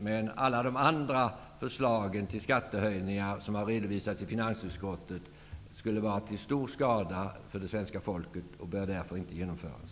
Men alla de andra förslagen på skattehöjningar som har redovisats i finansutskottet skulle vara till stor skada för det svenska folket och bör därför inte genomföras.